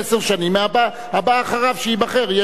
והבא אחריו שייבחר יהיה שבע שנים.